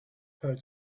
her